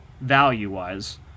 value-wise